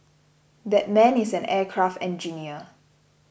that man is an aircraft engineer